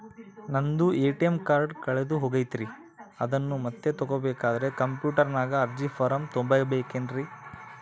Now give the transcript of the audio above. ನಂದು ATM card ಕಳೆದು ಹೋಗೈತ್ರಿ ಅದನ್ನು ಮತ್ತೆ ತಗೋಬೇಕಾದರೆ ಕಂಪ್ಯೂಟರ್ ನಾಗ ಅರ್ಜಿ ಫಾರಂ ತುಂಬಬೇಕನ್ರಿ?